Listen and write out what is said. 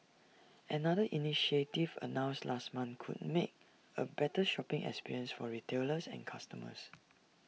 another initiative announced last month could make A better shopping experience for retailers and customers